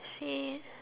seen